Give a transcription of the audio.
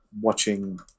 watching